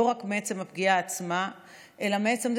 לא רק מעצם הפגיעה עצמה אלא מעצם זה